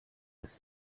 els